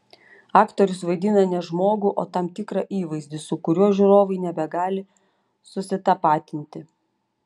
aktorius vaidina ne žmogų o tam tikrą įvaizdį su kuriuo žiūrovai nebegali susitapatinti